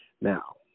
Now